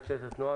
משטרת התנועה,